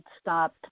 stopped